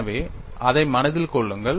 எனவே அதை மனதில் கொள்ளுங்கள்